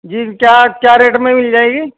جی کیا کیا ریٹ میں مل جائے گی